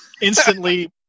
Instantly